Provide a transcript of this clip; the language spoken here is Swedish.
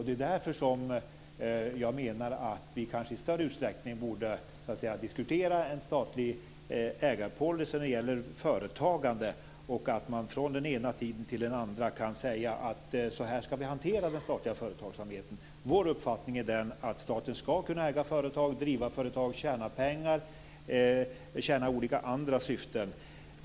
Det är därför jag menar att vi kanske i större utsträckning borde diskutera en statlig ägarpolicy när det gäller företagande så att man från den ena tiden till den andra kan säga att så här ska vi hantera den statliga företagsamheten. Vår uppfattning är att staten ska kunna äga företag, driva företag, tjäna pengar och tjäna olika andra syften.